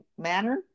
manner